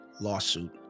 lawsuit